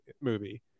movie